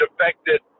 affected